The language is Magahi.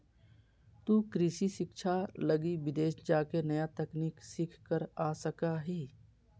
तु कृषि शिक्षा लगी विदेश जाके नया तकनीक सीख कर आ सका हीं